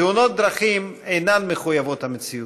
תאונות דרכים אינן מחויבות המציאות.